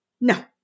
no